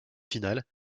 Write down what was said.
final